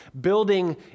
building